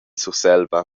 surselva